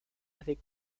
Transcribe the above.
avec